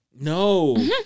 No